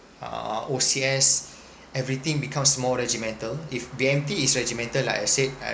uh O_C_S everything becomes more regimental if B_M_T is regimental like I said